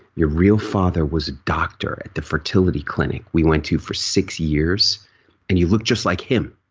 your real father was a doctor at the fertility clinic we went to for six years and you look just like him.